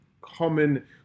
common